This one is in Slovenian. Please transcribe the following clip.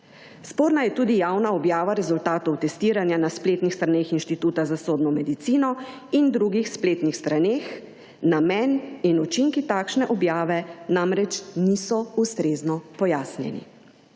Sporna je tudi javna objava rezultatov testiranja na spletnih straneh Inštituta za sodno medicino in drugih spletnih straneh, namen in učinki takšne objave namreč niso ustrezno pojasnjeni.